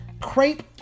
crepe